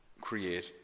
create